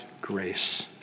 grace